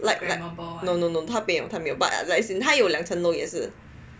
no no no 它没有它没有 but as in 它有两层楼也是